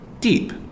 deep